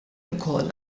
wkoll